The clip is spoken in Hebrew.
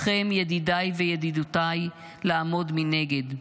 לכם, ידידיי וידידותיי, לעמוד מנגד.